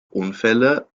unfälle